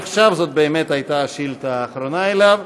עכשיו זאת באמת הייתה השאילתה האחרונה אליו,